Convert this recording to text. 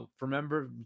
Remember